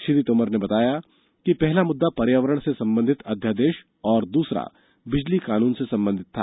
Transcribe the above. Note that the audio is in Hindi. श्री तोमर ने बताया कि पहला मुद्दा पर्यावरण से संबंधित अध्यादेश और दूसरा बिजली कानून से संबंधित था